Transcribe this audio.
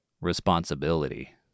responsibility